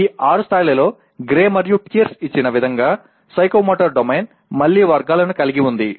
ఈ ఆరు స్థాయిలలో గ్రే మరియు పియర్స్ ఇచ్చిన విధంగా సైకోమోటర్ డొమైన్ మళ్లీ వర్గాలను కలిగి ఉంది